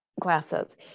glasses